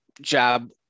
job